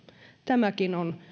tämäkin on